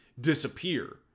disappear